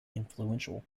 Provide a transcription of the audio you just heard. influential